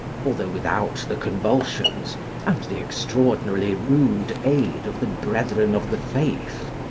although without the convulsions and the extraordinarily rude aid of the brethren of the faith,